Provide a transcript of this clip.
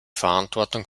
verantwortung